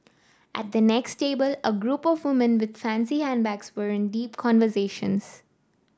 at the next table a group of woman with fancy handbags were in deep conversations